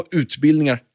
utbildningar